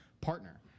partner